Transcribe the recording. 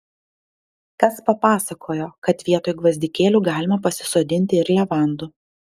kas papasakojo kad vietoj gvazdikėlių galima pasisodinti ir levandų